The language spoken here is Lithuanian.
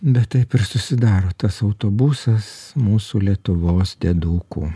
bet taip ir susidaro tas autobusas mūsų lietuvos diedukų